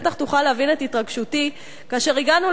בטח תוכל להבין את התרגשותי כאשר הגענו